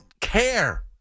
care